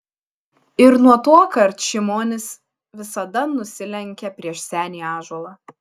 ir nuo tuokart šimonis visada nusilenkia prieš senį ąžuolą